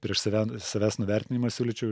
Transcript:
prieš save savęs nuvertinimą siūlyčiau